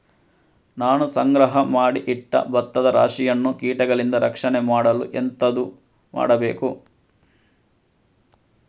ನಾನು ಸಂಗ್ರಹ ಮಾಡಿ ಇಟ್ಟ ಭತ್ತದ ರಾಶಿಯನ್ನು ಕೀಟಗಳಿಂದ ರಕ್ಷಣೆ ಮಾಡಲು ಎಂತದು ಮಾಡಬೇಕು?